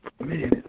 man